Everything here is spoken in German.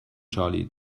charlie